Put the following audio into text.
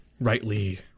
rightly